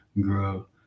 grow